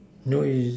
no is